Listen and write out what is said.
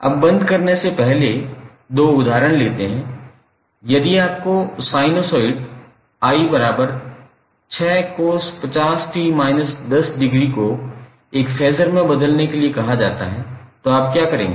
अब बंद करने से पहले दो उदाहरण लेते हैं यदि आपको साइनसॉइड 𝑖6cos50𝑡−10° को एक फेसर में बदलने के लिए कहा जाता है तो आप क्या करेंगे